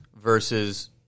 versus